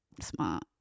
Smart